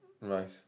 right